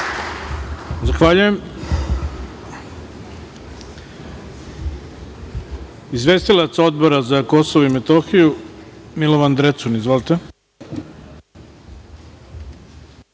Zahvaljujem. Izvestilac Odbora za Kosovo i Metohiju Milovan Drecun ima